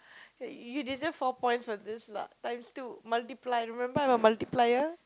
you you deserve four points for this lah times two multiply remember multiplier